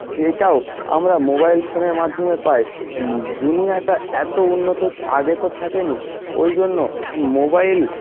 সেটাও আমরা মোবাইল ফোনের মাধ্যমে পাই দুনিয়াটা এত উন্নত হচ্ছে আগে তো থাকেনি ওই জন্য মোবাইল